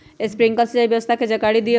Sprinkler सिंचाई व्यवस्था के जाकारी दिऔ?